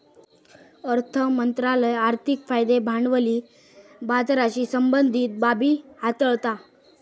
अर्थ मंत्रालय आर्थिक कायदे भांडवली बाजाराशी संबंधीत बाबी हाताळता